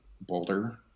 Boulder